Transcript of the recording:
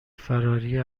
فراری